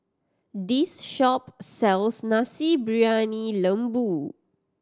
this shop sells Nasi Briyani Lembu